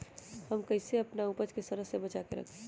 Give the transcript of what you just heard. हम कईसे अपना उपज के सरद से बचा के रखी?